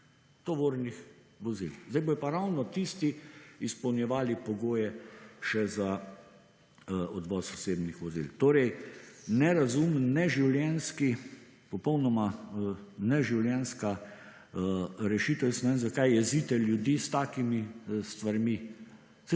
tovornih vozil. Zdaj bojo pa ravno tisti izpolnjevali pogoje še za odvoz osebnih vozil. Torej nerazumen, neživljenjski, popolnoma neživljenjska rešitev. Jaz ne vem, zakaj jezite ljudi s takimi stvarmi,